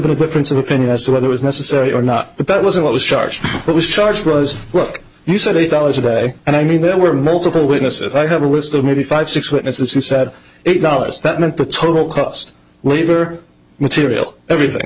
a difference of opinion as to whether it's necessary or not but that wasn't what was charged what was charged was book you said eight dollars a day and i mean there were multiple witnesses i have a list of maybe five six witnesses who said eight dollars that meant the total cost labor material everything